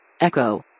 Echo